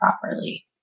properly